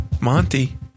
Monty